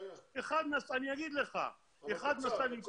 מבטיח לך שזה ייבדק.